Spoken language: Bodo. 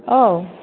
औ